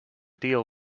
deal